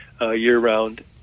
year-round